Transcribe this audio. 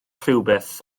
rhywbeth